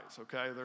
okay